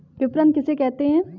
विपणन किसे कहते हैं?